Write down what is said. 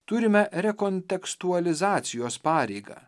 turime rekontekstualizacijos pareigą